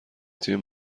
تیم